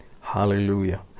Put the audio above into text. Hallelujah